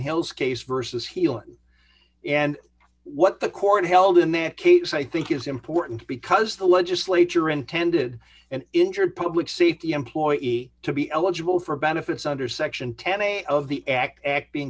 hill's case versus hielan and what the court held in that case i think is important because the legislature intended an injured public safety employee to be eligible for benefits under section ten a of the act act being